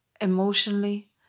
Emotionally